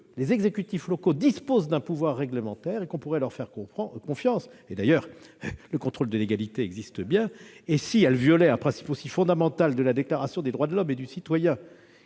les exécutifs locaux disposent d'un pouvoir réglementaire et que l'on pourrait leur faire confiance. D'ailleurs, le contrôle de légalité existe, et s'il leur arrivait de violer un principe aussi fondamental de la Déclaration des droits de l'homme et du citoyen